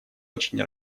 очень